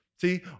See